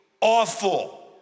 awful